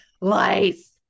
life